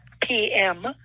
PM